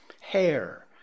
hair